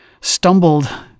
stumbled